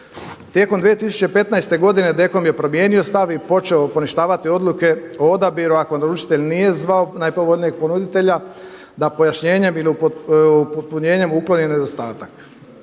Tijekom 2015. godine DKOM je promijenio stav i počeo poništavati odluke o odabiru ako naručitelj nije zvao najpovoljnijeg ponuditelja da pojašnjenjem ili upotpunjenjem ukloni nedostatak.